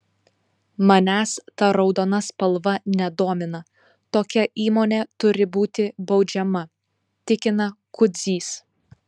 manęs ta raudona spalva nedomina tokia įmonė turi būti baudžiama tikina kudzys